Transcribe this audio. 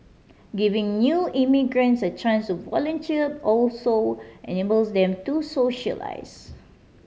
giving new immigrants a chance volunteer also enables them to socialise